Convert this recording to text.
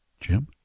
Jim